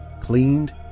cleaned